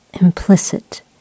implicit